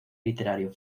literario